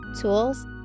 tools